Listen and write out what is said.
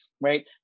right